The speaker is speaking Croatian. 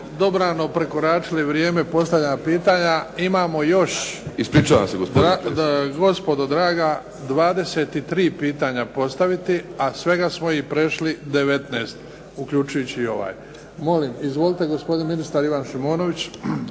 predsjedniče. **Bebić, Luka (HDZ)** Imamo još, gospodo draga 23 pitanja postaviti, a svega smo ih prešli 19, uključujući ovo. Molim, izvolite gospodine ministar Ivan Šimonović.